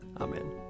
Amen